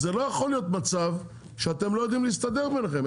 זה לא יכול להיות מצב שאתם לא יודעים להסתדר ביניכם,